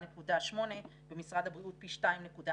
1.8 ובמשרד הבריאות עלייה של פי 2.4,